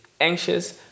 anxious